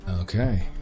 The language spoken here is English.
Okay